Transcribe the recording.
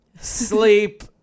sleep